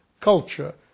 culture